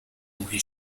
انبوهی